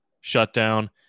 shutdown